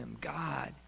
God